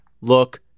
look